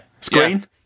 Screen